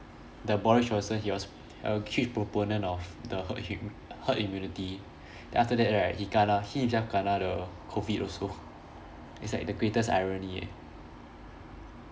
the boris johnson he was a chief proponent of the her~ hu~ herd immunity then after that right he kena he just kena the COVID also it's like the greatest irony eh